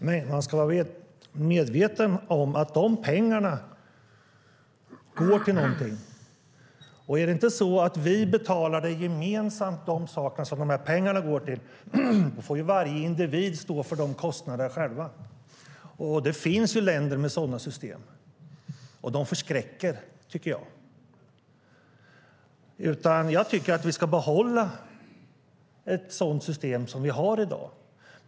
Men man ska vara medveten om att de pengarna går till någonting. Är det inte så att vi betalar det som pengarna går till gemensamt får varje individ stå för de kostnaderna själv. Det finns länder med sådana system, och de förskräcker. Jag tycker att vi ska behålla ett sådant system som vi har i dag.